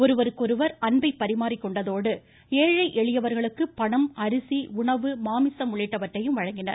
ஒருவருக்கொருவர் அன்பை பறிமாறிக் கொண்டதோடு ஏழை எளியவர்களுக்கு பணம் அரிசி உணவு மாமிசம் உள்ளிட்டவற்றையும் வழங்கினர்